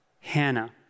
Hannah